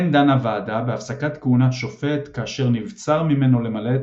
כן דנה הוועדה בהפסקת כהונת שופט כאשר נבצר ממנו למלא את